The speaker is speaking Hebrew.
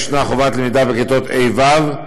ישנה חובת למידה בכיתות ה'-ו'.